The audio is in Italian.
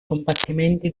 combattimenti